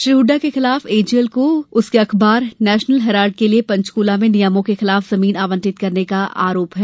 श्री हुड्डा के खिलाफ एजेएल को उसके अखबार नेशनल हेराल्ड के लिए पंचकूला में नियमों के खिलाफ जमीन आवंटित करने का आरोप है